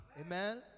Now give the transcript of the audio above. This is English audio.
amen